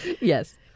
Yes